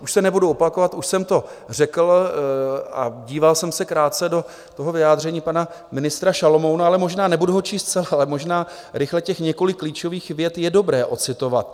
Už se nebudu opakovat, už jsem to řekl a díval jsem se krátce do vyjádření pana ministra Šalomouna, ale možná nebudu ho číst celé, možná rychle těch několik klíčových vět je dobré odcitovat.